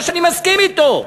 לא שאני מסכים אתו,